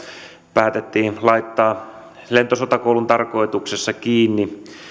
päätettiin laittaa lentosotakoulun tarkoituksessa kiinni